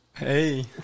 Hey